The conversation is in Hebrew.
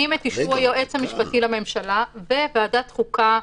את אישור היועץ המשפטי לממשלה ואת ועדת החוקה,